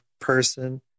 person